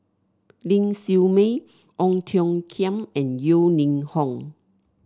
Ling Siew May Ong Tiong Khiam and Yeo Ning Hong